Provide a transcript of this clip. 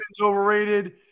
overrated